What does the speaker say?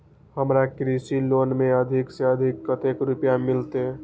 हमरा कृषि लोन में अधिक से अधिक कतेक रुपया मिलते?